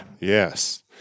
Yes